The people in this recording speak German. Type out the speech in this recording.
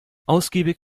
ausgiebig